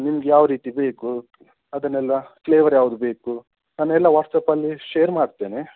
ನಿಮ್ಗೆ ಯಾವ ರೀತಿ ಬೇಕು ಅದನ್ನೆಲ್ಲ ಫ್ಲೇವರ್ ಯಾವ್ದು ಬೇಕು ನಾನು ಎಲ್ಲ ವಾಟ್ಸಾಪ್ಪಲ್ಲಿ ಶೇರ್ ಮಾಡ್ತೇನೆ